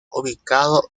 ubicado